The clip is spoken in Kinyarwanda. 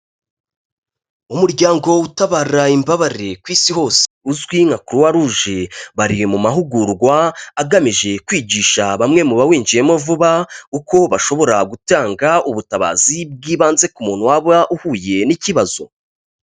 Umuryango utabara imbabarire ku isi hose, uzwi nka croix rouge, bari mu mahugurwa, agamije kwigisha bamwe mu bawinjiyemo vuba, uko bashobora gutanga ubutabazi bw'ibanze ku muntu waba uhuye n'ikibazo.